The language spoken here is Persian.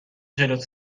جلوت